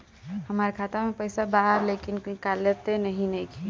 हमार खाता मे पईसा बा लेकिन निकालते ही नईखे?